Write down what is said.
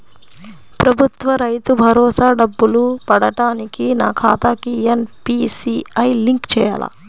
ప్రభుత్వ రైతు భరోసా డబ్బులు పడటానికి నా ఖాతాకి ఎన్.పీ.సి.ఐ లింక్ చేయాలా?